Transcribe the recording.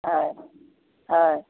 হয় হয়